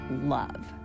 love